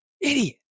idiot